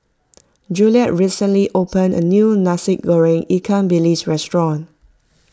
Juliet recently opened a new Nasi Goreng Ikan Bilis restaurant